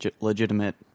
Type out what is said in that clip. legitimate